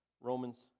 Romans